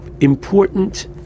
important